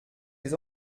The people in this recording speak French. des